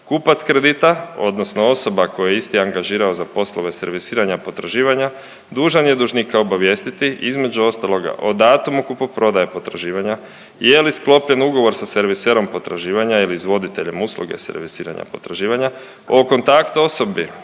kupac kredita odnosno osoba koju je isti angažirao za poslove servisiranja potraživanja, dužan je dužnika obavijestiti između ostaloga, o datumu kupoprodaje potraživanja, je li sklopljen ugovor sa serviserom potraživanja ili izvoditeljem usluge servisiranja potraživanja, o kontakt osobi